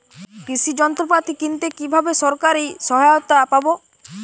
কৃষি যন্ত্রপাতি কিনতে কিভাবে সরকারী সহায়তা পাব?